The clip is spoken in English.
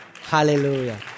Hallelujah